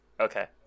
Okay